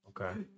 Okay